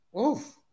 oof